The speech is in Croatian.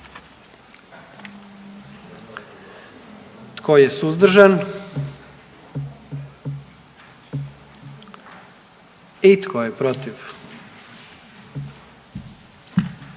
Tko je suzdržan? I tko je protiv?